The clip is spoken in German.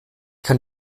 kann